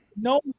no